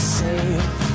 safe